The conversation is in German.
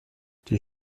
die